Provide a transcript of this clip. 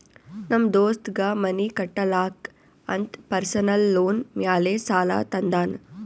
ನಮ್ ದೋಸ್ತಗ್ ಮನಿ ಕಟ್ಟಲಾಕ್ ಅಂತ್ ಪರ್ಸನಲ್ ಲೋನ್ ಮ್ಯಾಲೆ ಸಾಲಾ ತಂದಾನ್